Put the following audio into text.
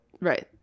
right